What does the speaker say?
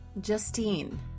Justine